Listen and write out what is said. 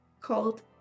called